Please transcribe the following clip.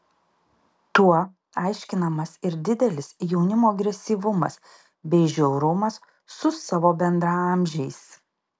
tuo aiškinamas ir didelis jaunimo agresyvumas bei žiaurumas su savo bendraamžiais